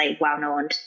well-known